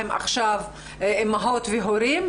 הן עכשיו אימהות והורים,